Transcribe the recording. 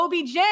OBJ